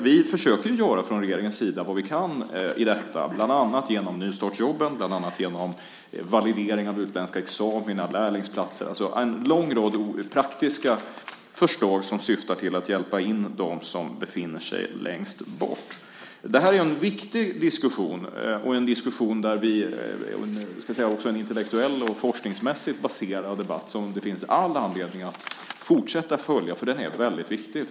Vi försöker från regeringens sida göra vad vi kan i detta, bland annat genom nystartsjobben, validering av utländska examina och lärlingsplatser - en lång rad praktiska förslag som syftar till att hjälpa in dem som befinner sig längst bort. Det här är en viktig diskussion, och också en intellektuell och forskningsmässigt baserad debatt, som det finns all anledning att fortsätta att följa. Den är väldigt viktig.